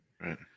Right